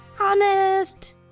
honest